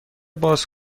باز